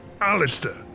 Alistair